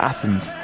Athens